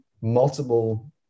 multiple